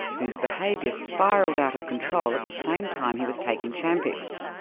whose behaviour spiralled out of control at the same time he was taking chantix.